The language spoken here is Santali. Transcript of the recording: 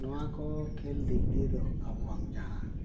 ᱱᱚᱣᱟ ᱠᱚ ᱠᱷᱮᱞ ᱫᱤᱠ ᱫᱤᱭᱮ ᱫᱚ ᱟᱵᱚᱣᱟᱝ ᱡᱟᱦᱟᱸ